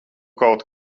kaut